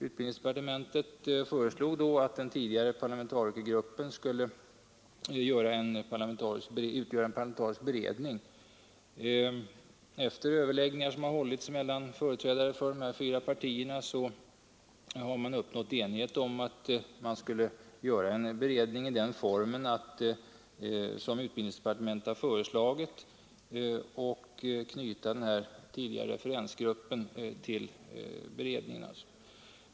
Utbildningsdepartementet föreslog då att den tidigare parlamentarikergruppen skulle utgöra en parlamentarisk beredning. Efter överläggningar mellan företrädarna för de fyra partier som varit representerade i U 68s parlamentarikergrupp uppnåddes enighet om en beredning i den form utbildningsdepartementet föreslagit, alltså att man skulle knyta den tidigare referensgruppen till beredningen.